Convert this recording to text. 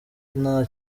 nta